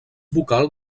vocal